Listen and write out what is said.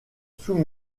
sous